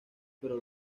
pero